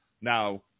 Now